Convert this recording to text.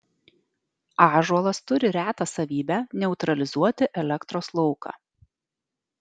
ąžuolas turi retą savybę neutralizuoti elektros lauką